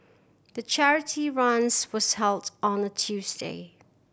the charity runs was held on a Tuesday